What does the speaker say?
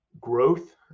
growth